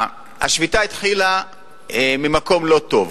עכשיו תראו מה קורה מבחינת העניין הזה.